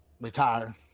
retire